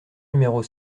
numéros